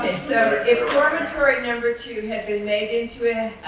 so if dormitory number two had been made into